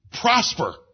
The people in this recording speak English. prosper